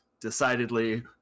decidedly